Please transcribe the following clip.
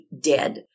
dead